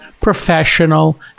professional